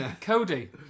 Cody